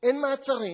אין מעצרים,